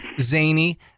zany